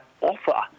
offer